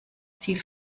ziel